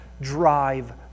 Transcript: drive